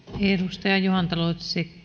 edustaja juhantalo